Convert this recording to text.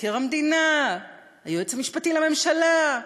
מבקר המדינה, היועץ המשפטי לממשלה,